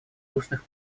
устных